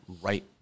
right